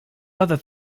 other